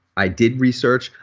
i did research.